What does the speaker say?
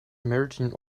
maritime